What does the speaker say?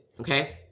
Okay